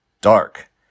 dark